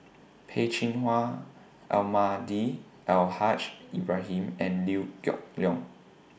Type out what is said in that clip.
Peh Chin Hua Almahdi Al Haj Ibrahim and Liew Geok Leong